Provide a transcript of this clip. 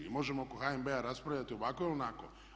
Mi možemo oko HNB-a raspravljati ovako ili onako.